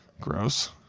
Gross